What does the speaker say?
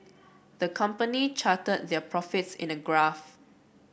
the company charted their profits in a graph